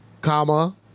comma